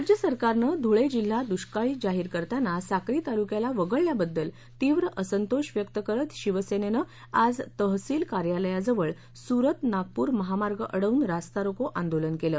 राज्य सरकारनं धुळे जिल्हा दृष्काळी जाहीर करताना साक्री तालुक्याला वगळयाबद्दल तीव्र असंतोष व्यक्त करत शिवसेनेनं आज तहसील कार्यालयाजवळ सूरत नागपूर महामार्ग अडवून रास्तारोको आंदोलन केलं